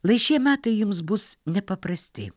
lai šie metai jums bus nepaprasti